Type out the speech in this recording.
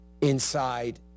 inside